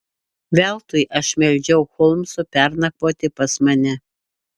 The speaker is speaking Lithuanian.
veltui aš meldžiau holmso pernakvoti pas mane